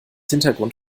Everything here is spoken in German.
hintergrund